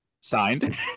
signed